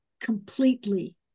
completely